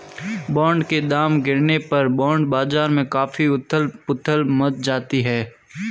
bond के दाम गिरने पर बॉन्ड बाजार में काफी उथल पुथल मच जाती है